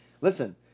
listen